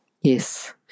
Yes